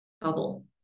bubble